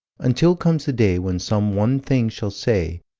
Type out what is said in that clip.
until comes the day when some one thing shall say,